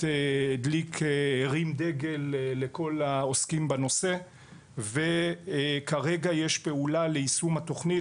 הרים דגל לכל העוסקים בנושא וכרגע יש פעולה ליישום התוכנית.